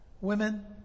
women